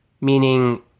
meaning